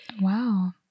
Wow